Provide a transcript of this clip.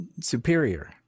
superior